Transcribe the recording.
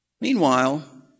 Meanwhile